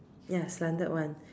ya slanted one